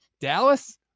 Dallas